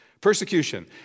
Persecution